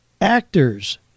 actors